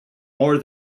more